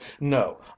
No